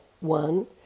one